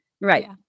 Right